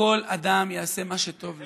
שכל אדם יעשה מה שטוב לו.